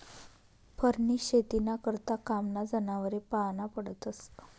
फरनी शेतीना करता कामना जनावरे पाळना पडतस